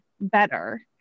better